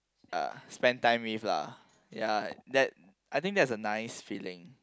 Uh spend time with lah ya that I think that is the nice feeling